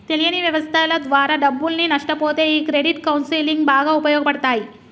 తెలియని వ్యవస్థల ద్వారా డబ్బుల్ని నష్టపొతే ఈ క్రెడిట్ కౌన్సిలింగ్ బాగా ఉపయోగపడతాయి